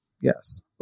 Yes